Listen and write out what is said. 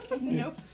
Nope